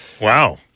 Wow